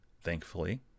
Thankfully